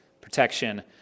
protection